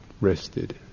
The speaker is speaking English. rested